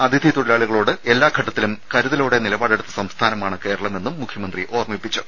അതിഥി തൊഴിലാളികളോട് എല്ലാ ഘട്ടത്തിലും കരുതലോടെ നിലപാടെടുത്ത സംസ്ഥാനമാണ് കേരളം എന്നും മുഖ്യമന്ത്രി ഓർമ്മിപ്പിച്ചു